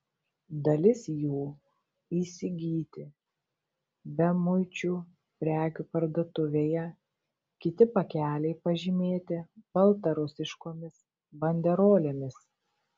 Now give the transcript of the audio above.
dalis jų įsigyti bemuičių prekių parduotuvėje kiti pakeliai pažymėti baltarusiškomis banderolėmis